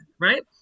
right